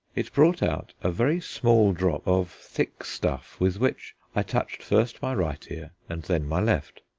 it brought out a very small drop of thick stuff with which i touched first my right ear and then my left.